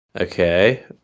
Okay